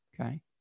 Okay